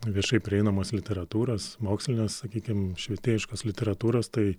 viešai prieinamos literatūros mokslinės sakykim švietėjiškos literatūros tai